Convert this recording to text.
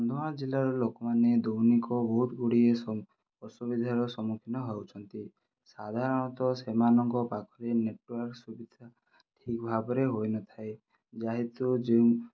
କନ୍ଧମାଳ ଜିଲ୍ଲାର ଲୋକମାନେ ଦୈନିକ ବହୁତ ଗୁଡ଼ିଏ ଅସୁବିଧାର ସମ୍ମୁଖୀନ ହେଉଛନ୍ତି ସାଧାରଣତଃ ସେମାନଙ୍କ ପାଖରେ ନେଟୱାର୍କ୍ ସୁବିଧା ଠିକ୍ ଭାବରେ ହୋଇନଥାଏ ଯାହା ହେତୁ ଯେଉଁ